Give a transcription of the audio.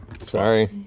sorry